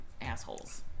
assholes